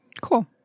Cool